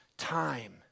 Time